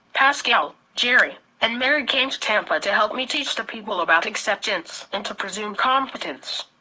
pascal, gerry, and mary came to tampa to help me teach the people about acceptance and to presume competence.